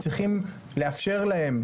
צריכים לאפשר להם,